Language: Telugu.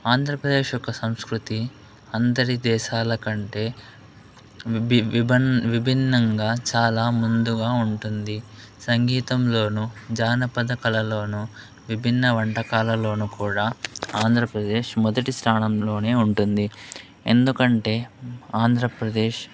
ఆంధ్రప్రదేశ్ యొక్క సంస్కృతి అందరి దేశాల కంటే విభి విభ విభిన్నంగా చాలా ముందుగా ఉంటుంది సంగీతంలోనూ జానపద కలలోనూ విభిన్న వంటకాలలోను కూడా ఆంధ్రప్రదేశ్ మొదటి స్థానంలోనే ఉంటుంది ఎందుకంటే ఆంధ్రప్రదేశ్